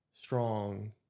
strong